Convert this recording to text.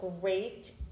great